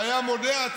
שהיה מונע,